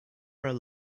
are